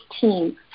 team